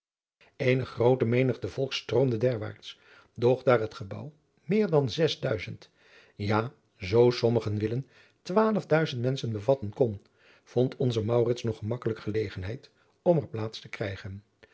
eene groote menigte volks stroomde derwaarts doch daar het gebouw meer dan zes duizend ja zoo sommigen willen twaalf duizend menschen bevatten kon vond onze maurits nog gemakkelijk gelegenheid om er plaats te krijgen